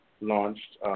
launched